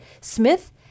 Smith